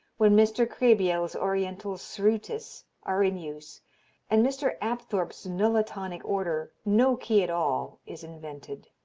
when mr. krehbiel's oriental srootis are in use and mr. apthorp's nullitonic order, no key at all, is invented.